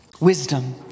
wisdom